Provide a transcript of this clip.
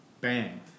Bang